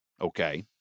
Okay